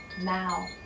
now